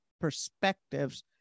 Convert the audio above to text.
perspectives